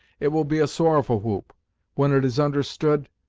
it will be a sorrowful whoop when it is understood,